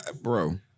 Bro